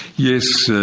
yes,